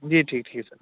جی ٹھیک ٹھیک سر